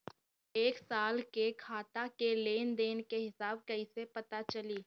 एक साल के खाता के लेन देन के हिसाब कइसे पता चली?